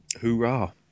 Hoorah